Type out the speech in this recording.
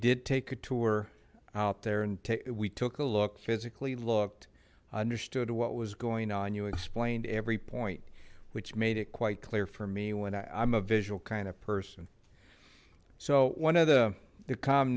did take a tour out there and take we took a look physically looked understood what was going on you explained every point which made it quite clear for me when i'm a visual kind of person so one of the t